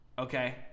Okay